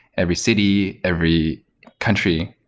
every city, every country,